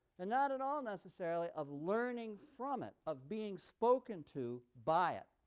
and not at all necessarily of learning from it, of being spoken to by it.